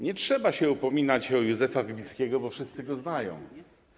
Nie trzeba się upominać o Józefa Wybickiego, bo wszyscy go znają.